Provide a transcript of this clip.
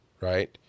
right